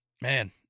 man